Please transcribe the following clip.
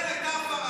שכחת את ההיסטוריה.